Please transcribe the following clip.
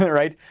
right?